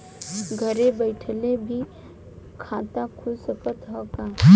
घरे बइठले भी खाता खुल सकत ह का?